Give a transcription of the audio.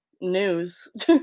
news